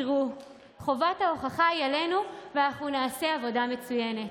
חובת ההוכחה היא עלינו, ואנחנו נעשה עבודה מצוינת.